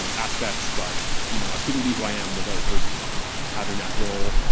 um aspects, but you know i couldn't be who i am without her having that role.